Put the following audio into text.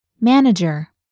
Manager